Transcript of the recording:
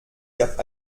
gab